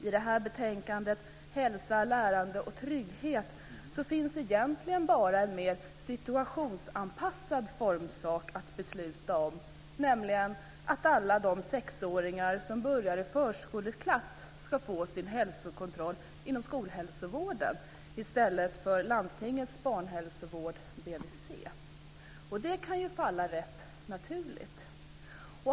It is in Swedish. I betänkandet Hälsa, lärande och trygghet finns egentligen bara en mera situationsanpassad formsak att besluta om, nämligen att alla de sexåringar som börjar i förskoleklass ska få sin hälsokontroll inom skolhälsovården i stället för inom landstingets barnhälsovård, BVC. Detta kan alla falla rätt naturligt.